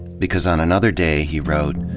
because on another day he wrote,